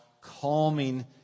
calming